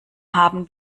haben